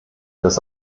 des